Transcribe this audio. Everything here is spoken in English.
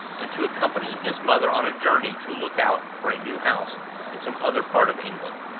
and to accompanying his mother on a journey to look out for a new house in some other part of england?